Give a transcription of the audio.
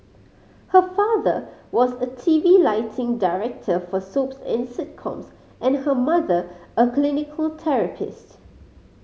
her father was a T V lighting director for soaps and sitcoms and her mother a clinical therapist